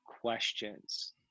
questions